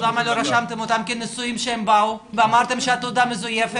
אז למה לא רשמתם אותם כנשואים שהם באו ואמרתם שהתעודה מזויפת?